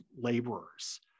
laborers